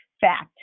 fact